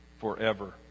forever